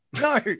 No